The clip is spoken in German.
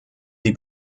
die